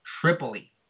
Tripoli